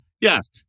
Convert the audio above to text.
Yes